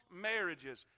marriages